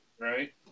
right